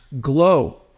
glow